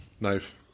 Knife